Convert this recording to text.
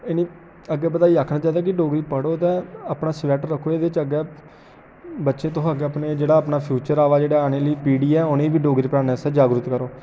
इ'नें अग्गें बधाइयै आखना चाहिदा कि डोगरी पढ़ो ते अपना सब्जैक्ट रक्खो इ'दे च अग्गें बच्चे तुस अग्गें अपने जेह्ड़ा अपना फ्यूचर आवै दा जेह्ड़ी औने आह्ली पीढ़ी ऐ उ'नें ई बी डोगरी पढ़ाने आस्तै जागरूक करो